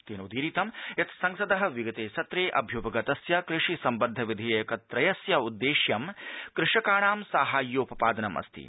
तेनोदीरितं यत् संसद विगते सत्रे अभ्युपगतस्य कृषि सम्बद्ध विधेयक त्रयस्य उद्देश्यं कृषकाणां साहथ्योपपादनम अस्ति